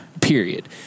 Period